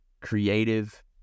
creative